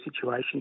situation